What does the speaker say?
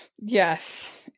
yes